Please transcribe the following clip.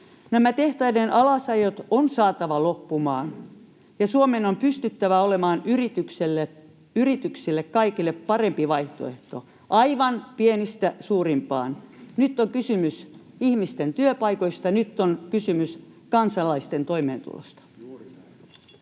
Nämä tehtaiden alasajot on saatava loppumaan, ja Suomen on pystyttävä olemaan yrityksille, kaikille, parempi vaihtoehto, aivan pienistä suurimpaan. Nyt on kysymys ihmisten työpaikoista, nyt on kysymys kansalaisten toimeentulosta.